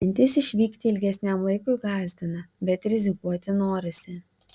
mintis išvykti ilgesniam laikui gąsdina bet rizikuoti norisi